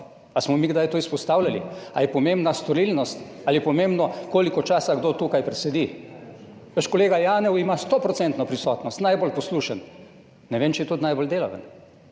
Ali smo mi kdaj to izpostavljali? Ali je pomembna storilnost ali je pomembno koliko časa kdo tukaj presedel? Vaš kolega Janev ima 100 % prisotnost, najbolj poslušen, ne vem, če je tudi najbolj delaven,